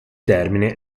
termine